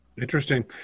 Interesting